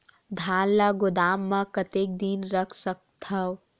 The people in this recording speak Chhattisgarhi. धान ल गोदाम म कतेक दिन रख सकथव?